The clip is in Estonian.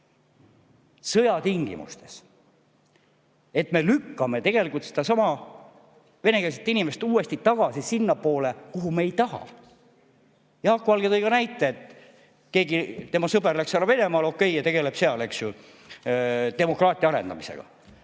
sõja tingimustes, et me lükkame tegelikult venekeelseid inimesi uuesti tagasi sinnapoole, kuhu me ei taha. Jaak Valge tõi näite, et keegi tema sõber läks Venemaale ja tegeleb seal, eks ju, demokraatia arendamisega.